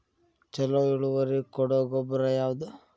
ಛಲೋ ಇಳುವರಿ ಕೊಡೊ ಗೊಬ್ಬರ ಯಾವ್ದ್?